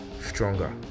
stronger